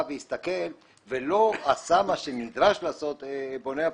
ראה והסתכל ולא עשה מה שנדרש לעשות בונה הפיגומים,